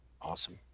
Awesome